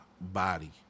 body